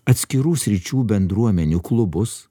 atskirų sričių bendruomenių klubus